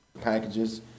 packages